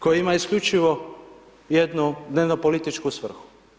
Koji ima isključivo jednu dnevno-političku svrhu.